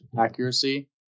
accuracy